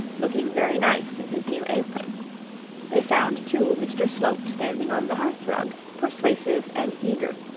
looking very nice in his new apron they found, too, mr slope standing on the hearthrug, persuasive and eager,